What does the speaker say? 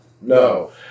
No